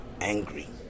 angry